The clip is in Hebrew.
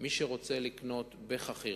מי שרוצה לקנות בחכירה,